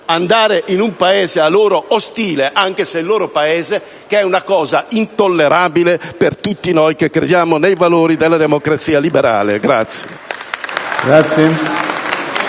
mandate in un Paese a loro ostile (anche se è il loro Paese). Questa è una cosa intollerabile per tutti noi che crediamo nei valori della democrazia. *(Applausi